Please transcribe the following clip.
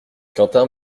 quentin